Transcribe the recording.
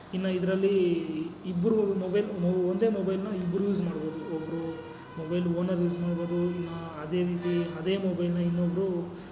ಇನ್ನು ಇದ್ರಲ್ಲಿ ಇಬ್ಬರು ಮೊಬೈಲ್ ಮೊ ಒಂದೆ ಮೊಬೈಲನ್ನ ಇಬ್ರು ಯೂಸ್ ಮಾಡ್ಬೋದು ಒಬ್ಬರು ಮೊಬೈಲ್ ಓನರ್ ಯೂಸ್ ಮಾಡ್ಬೋದು ಇನ್ನು ಅದೇ ರೀತಿ ಅದೇ ಮೊಬೈಲನ್ನ ಇನ್ನೊಬ್ರು